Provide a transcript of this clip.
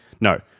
no